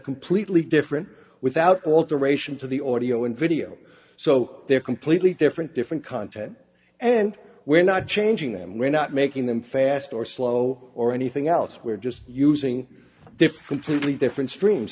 completely different without alteration to the audio in video so they are completely different different content and we're not changing them we're not making them fast or slow or anything else we're just using different thre